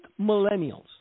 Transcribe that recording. millennials